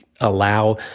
allow